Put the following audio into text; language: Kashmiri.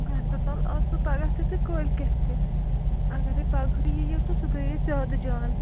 ہَسپَتال آسہٕ بہٕ پگاہ تہِ تہٕ کٲلۍکٮ۪تھ تہِ اَگرَے پگہٕے یِیو تہٕ سُہ گٔیاے زیادٕ جان